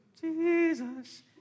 Jesus